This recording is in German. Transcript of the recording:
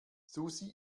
susi